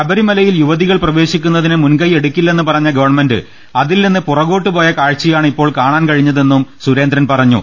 ശബരിമലയിൽ യുവതികൾ പ്രവേശിക്കുന്നതിന് മുൻകൈ യെടുക്കില്ലെന്ന് പറഞ്ഞ ഗവൺമെന്റ് അതിൽനിന്ന് പുറ കോട്ട് പോയ കാഴ്ചയാണ് ഇപ്പോൾ കാണാൻ കഴിഞ്ഞ തെന്നും സുരേന്ദ്രൻ പറഞ്ഞു